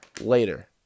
later